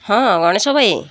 ହଁ ଗଣେଶ ଭାଇ